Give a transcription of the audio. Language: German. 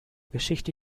geschichte